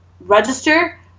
register